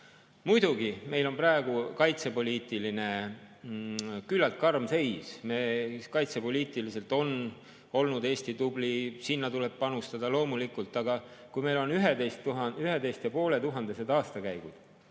läinud. Muidugi, meil on praegu kaitsepoliitiliselt küllalt karm seis. Kaitsepoliitiliselt on Eesti olnud tubli, sinna tuleb panustada, loomulikult. Aga kui meil on 11,5-tuhandesed aastakäigud,